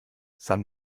san